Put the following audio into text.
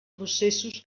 processos